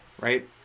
right